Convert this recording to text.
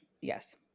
Yes